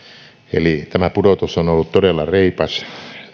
eli tämä pudotus on on ollut todella reipas